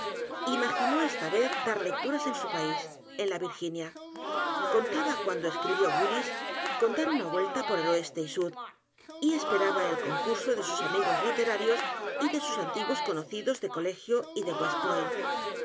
imaginó esta vez dar lecturas en su país en la virginia contaba cuando escribió willis con dar una vuelta por el oeste y sud y esperaba el concurso de sus amigos literarios y de sus antiguos conocidos de colegio y de